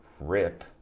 rip